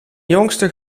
jongste